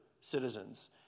citizens